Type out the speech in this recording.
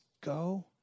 go